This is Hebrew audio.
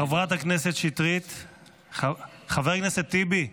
חברת הכנסת שטרית, חבר הכנסת טיבי.